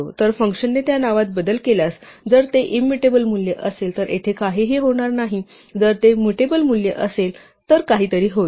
तर फंक्शनने त्या नावात बदल केल्यास जर ते इंमुटेबल मूल्य असेल तर येथे काहीही होणार नाही जर ते मुटेबल मूल्य असेल तर काहीतरी होईल